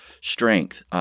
strength